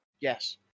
Yes